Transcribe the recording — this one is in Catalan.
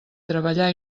treballar